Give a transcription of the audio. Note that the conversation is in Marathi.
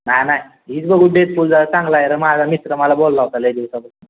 नाही नाही हीच बघू डेजपूल जरा चांगला आहे रे माझा मित्र मला बोलला होता लै दिवसापासून